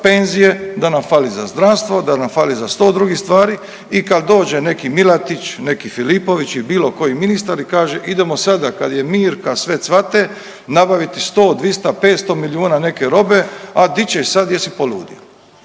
da nam fali za zdravstvo, da nam fali za 100 drugih stvari i kad dođe neki Milatić, neki Filipović i bilo koji ministar i kaže idemo sada kad je mir kad sve cvate nabaviti 100, 200, 500 milijuna neke robe, a di ćeš sad jesi poludio.